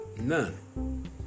None